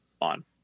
on